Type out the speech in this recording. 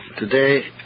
Today